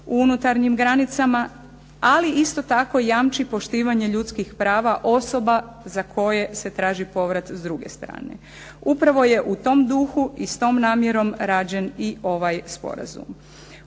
u unutarnjim granicama ali isto tako jamči poštivanje ljudskih prava osoba za koje se traži povrat s druge strane. Upravo je u tom duhu i s tom namjerom rađen i ovaj sporazum.